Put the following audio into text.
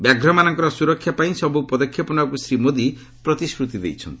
ବ୍ୟାଘ୍ରମାନଙ୍କର ସ୍ୱରକ୍ଷା ପାଇଁ ସବ୍ ପଦକ୍ଷେପ ନେବାକୁ ଶ୍ରୀ ମୋଦୀ ପ୍ରତିଶ୍ରତି ଦେଇଛନ୍ତି